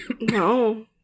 No